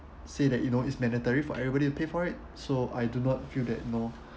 say that you know it's mandatory for everybody to pay for it so I do not feel that you know